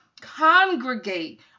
Congregate